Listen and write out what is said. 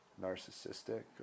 narcissistic